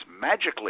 magically